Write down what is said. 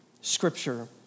scripture